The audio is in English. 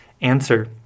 Answer